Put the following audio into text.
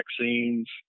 vaccines